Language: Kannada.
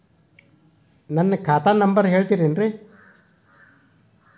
ನನ್ನ ಖಾತಾ ನಂಬರ್ ಹೇಳ್ತಿರೇನ್ರಿ?